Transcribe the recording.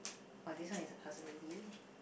orh this one is ask already